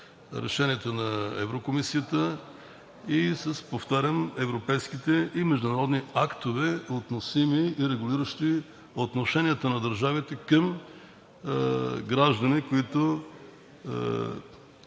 решенията на Еврокомисията и с, повтарям, европейските и международни актове, относими и регулиращи отношенията на държавите към граждани, които